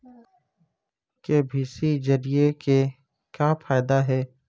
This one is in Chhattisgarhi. के.वाई.सी जरिए के का फायदा हे?